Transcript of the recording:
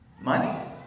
money